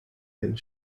and